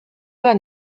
ole